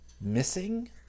missing